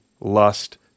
lust